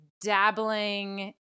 dabbling